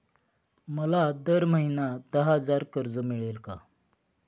मला दर महिना दहा हजार कर्ज मिळेल का?